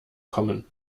kommen